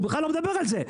הוא בכלל לא מדבר על זה.